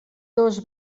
dos